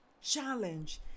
challenge